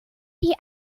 die